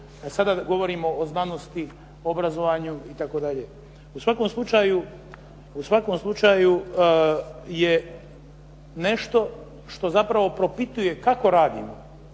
sada govorimo o znanosti, obrazovanju itd. U svakom slučaju je nešto što zapravo propituje kako radimo,